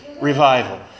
revival